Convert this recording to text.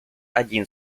один